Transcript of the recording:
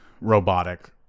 robotic